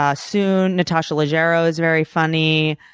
ah soon. natasha leggero is very funny.